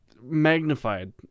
magnified